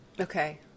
Okay